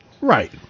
Right